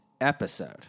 episode